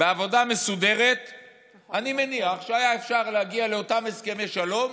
בעבודה מסודרת אני מניח שהיה אפשר להגיע לאותם הסכמי שלום